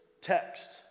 text